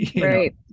Right